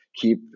keep